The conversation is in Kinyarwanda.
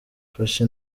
mfashe